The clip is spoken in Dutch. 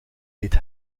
deed